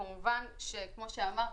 וכמו שאמרתי,